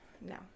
No